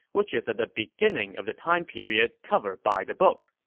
which is at the beginning of the time period covered by the book.